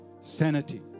sanity